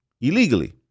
illegally